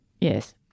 Yes